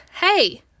hey